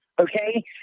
okay